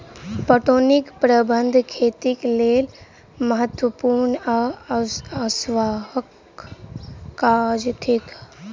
पटौनीक प्रबंध खेतीक लेल महत्त्वपूर्ण आ आवश्यक काज थिक